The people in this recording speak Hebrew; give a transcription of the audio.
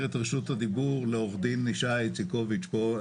את רשות הדיבור לעו"ד ישי איצקוביץ פה,